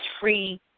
free